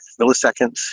milliseconds